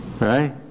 Right